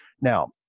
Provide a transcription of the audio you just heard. Now